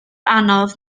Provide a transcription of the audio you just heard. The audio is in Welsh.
anodd